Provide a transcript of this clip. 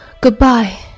Goodbye